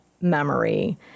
memory